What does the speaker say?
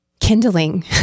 kindling